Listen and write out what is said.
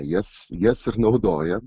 jas jas ir naudoja